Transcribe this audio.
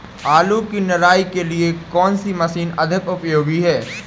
आलू की निराई के लिए कौन सी मशीन अधिक उपयोगी है?